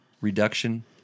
reduction